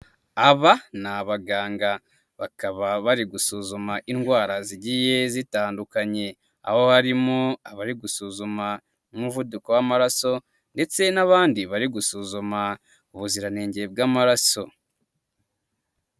Aba ni abaganga, bakaba bari gusuzuma indwara zigiye zitandukanye, abo barimo abari gusuzuma umuvuduko w'amaraso ndetse n'abandi bari gusuzuma ubuziranenge bw'amaraso.